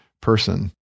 person